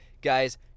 Guys